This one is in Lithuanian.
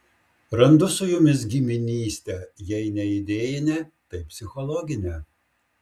randu su jumis giminystę jei ne idėjinę tai psichologinę